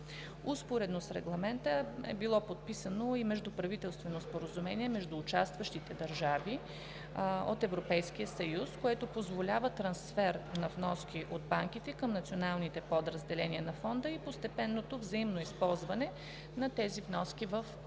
Успоредно с Регламента е било подписано и Междуправителствено споразумение между участващите държави от Европейския съюз, което позволява трансфер на вноските от банките към националните подразделения на Фонда и постепенното взаимно използване на вноските в него.